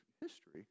history